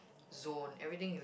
zone everything you